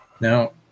Now